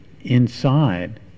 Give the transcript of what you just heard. inside